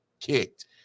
kicked